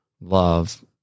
love